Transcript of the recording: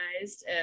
organized